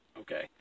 Okay